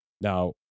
Now